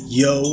yo